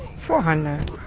four hundred?